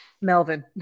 Melvin